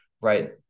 right